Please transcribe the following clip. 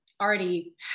already